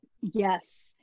Yes